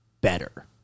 better